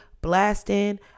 blasting